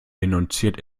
denunziert